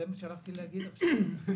זה מה שרציתי להגיד עכשיו.